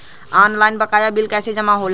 Online बकाया bill कैसे जमा होला?